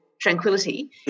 tranquility